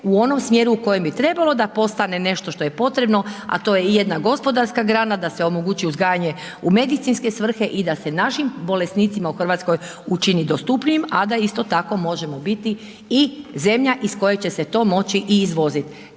u onom smjeru u kojem bi trebalo, da postane nešto što je potrebno, a to je i jedna gospodarska grana da se omogući uzgajanje u medicinske svrhe i da se našim bolesnicima u Hrvatskoj učini dostupnijim, a da isto tako možemo biti i zemlja iz koje će se to moći i izvozit.